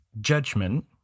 judgment